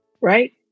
Right